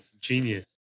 Genius